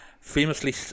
famously